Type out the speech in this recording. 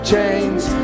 chains